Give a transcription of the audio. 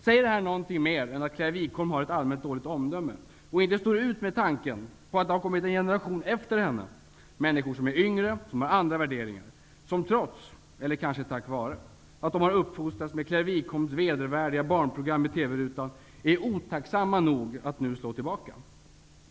Säger detta något mer än att Claire Wiholm har ett allmänt dåligt omdöme och inte står ut med tanken på att det har kommit en generation efter henne -- människor som är yngre, som har andra värderingar? Människor som trots -- eller kanske tack vare? -- att de har uppfostrats med Claire Wikholms vedervärdiga barnprogram i TV-rutan är otacksamma nog att nu slå tillbaka?